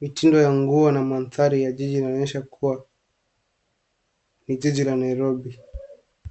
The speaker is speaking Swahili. Mitindo ya nguo na mandhari ya jiji inaonyesha kuwa ni jiji la Nairobi.